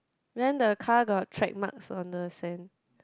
then the car got trade marks on the sand